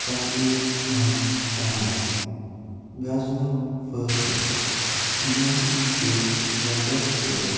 تقریب منٛز شٲمِل گژھنُک فٲصلہٕ ییٚمہِ کہِ وجہ سۭتۍ